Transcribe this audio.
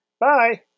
Bye